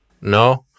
No